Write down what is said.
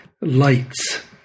lights